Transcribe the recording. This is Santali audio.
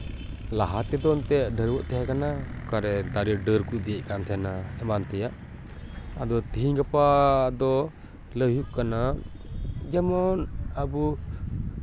ᱞᱟᱦᱟ ᱛᱮᱫᱚ ᱮᱱᱛᱮᱜ ᱰᱷᱟᱹᱨᱣᱟᱹᱜ ᱛᱟᱦᱮᱸ ᱠᱟᱱᱟ ᱚᱠᱟᱨᱮ ᱫᱟᱨᱮ ᱰᱟᱹᱨ ᱠᱚ ᱤᱫᱤᱭᱮᱫ ᱠᱟᱱ ᱛᱟᱦᱮᱱᱟ ᱮᱢᱟᱱ ᱛᱮᱭᱟᱜ ᱟᱫᱚ ᱛᱤᱦᱤᱧ ᱜᱟᱯᱟ ᱫᱚ ᱞᱟᱹᱭ ᱦᱩᱭᱩᱜ ᱠᱟᱱᱟ ᱡᱮᱢᱚᱱ ᱟᱵᱚ